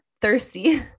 thirsty